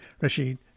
Rashid